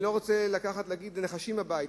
אני לא רוצה להגיד "נחשים בבית",